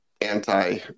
anti